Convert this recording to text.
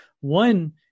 one